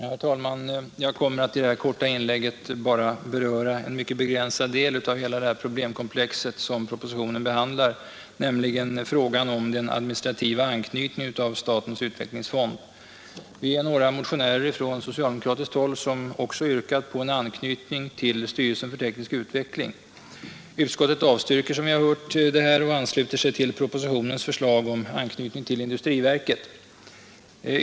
Herr talman! Jag kommer i det här korta inlägget att beröra bara en mycket begränsad del av hela det problemkomplex som propositionen behandlar, nämligen frågan om den administrativa anknytningen av statens utvecklingsfond. Vi är några motionärer från socialdemokratiskt håll som också har yrkat på en anknytning till styrelsen för teknisk utveckling. Utskottet avstyrker, som vi hört, detta och ansluter sig till propositionens förslag om fondens anknytning till industriverket.